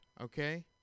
okay